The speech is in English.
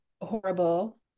horrible